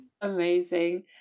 amazing